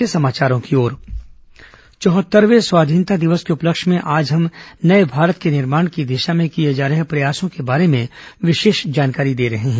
केन्द्र भारत निर्माण चौहत्तरवें स्वाधीनता दिवस के उपलक्ष्य में आज हम नए भारत के निर्माण की दिशा में किये जा रहे प्रयासों के बारे में विशेष जानकारी दे रहे हैं